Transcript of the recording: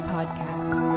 Podcast